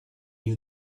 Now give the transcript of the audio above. you